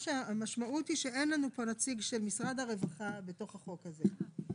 המשמעות היא שאין לנו פה נציג של משרד הרווחה בתוך החוק הזה.